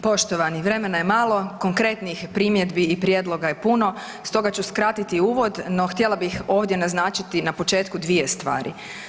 Poštovani, vremena je malo, konkretnih primjedbi i prijedloga je puno, stoga ću skratiti uvod, no htjela bih ovdje naznačiti na početku dvije stvari.